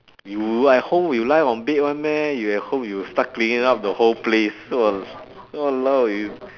you at home you lie on bed [one] meh you at home you'll start cleaning up the whole place wa~!walao! you